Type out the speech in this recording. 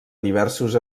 diversos